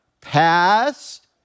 Past